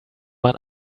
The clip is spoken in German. man